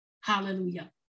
Hallelujah